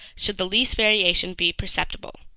should the least variation be perceptible.